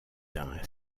d’un